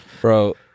Bro